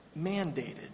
mandated